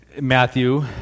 Matthew